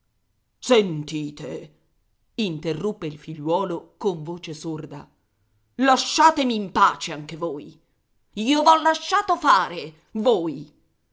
sentite interruppe il figliuolo con voce sorda lasciatemi in pace anche voi io v'ho lasciato fare voi